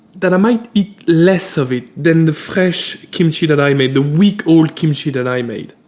that i might eat less of it than the fresh kimchi that i made. the week old kimchi that i made.